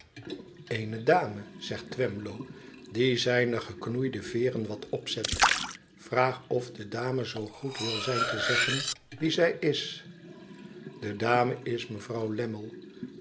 ene darac zegt twcmlow die zijne geknoeide veeren wat opzet vraag of de dame zoo goed wil zijn te zeggen wie zij is de dame is mevrouw